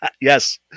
Yes